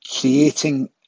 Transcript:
creating